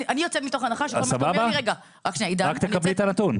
רק תקבלי את הנתון.